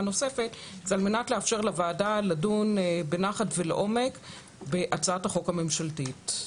נוספת היא על מנת לאפשר לוועדה לדון בנחת ולעומק בהצעת החוק הממשלתית,